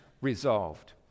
resolved